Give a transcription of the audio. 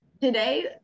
today